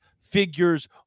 figures